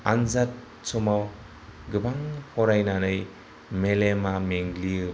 आन्जाद समाव गोबां फरायनानै मेलेमा मेंग्लियोबा